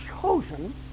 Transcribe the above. chosen